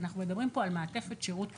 אנחנו מדברים פה על מעטפת שירות כוללת.